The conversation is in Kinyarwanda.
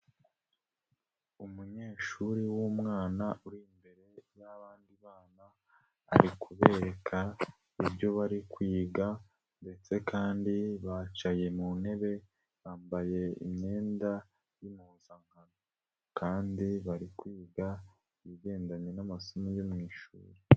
Umunyeshuri w'umwana uri imbere y'abandi bana ari kubereka ibyo bari kwiga ndetse kandi bicaye mu ntebe bambaye imyenda y'impuzankano kandi bari kwiga ibigendanye n'amasomo yo mu ishuri.